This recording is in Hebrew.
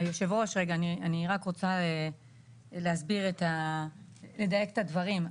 היושב ראש, אני רק רוצה להסביר ולדייק את הדברים.